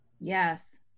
Yes